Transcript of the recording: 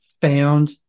found